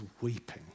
weeping